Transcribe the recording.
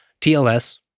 TLS